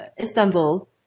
Istanbul